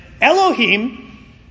Elohim